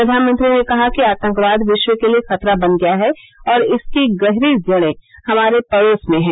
प्रधानमंत्री ने कहा कि आतंकवाद विश्व के लिए खतरा बन गया है और इसकी गहरी जड़े हमारे पड़ोस में हैं